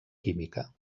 química